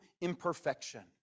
imperfection